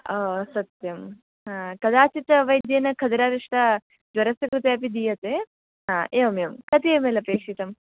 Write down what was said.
आ सत्यं कदाचित् वैद्येन खधिरातिष्ट ज्वरस्य कृते अपि दीयते एवं एवं कति एम् एल् अपेक्षितम्